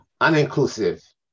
uninclusive